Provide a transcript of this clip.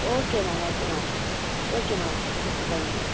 okay ma'am okay ma'am okay ma'am okay thank you